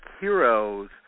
heroes